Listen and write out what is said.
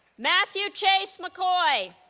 matthew chase macoy